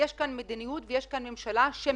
יש כאן מדיניות ויש כאן ממשלה שמחויבת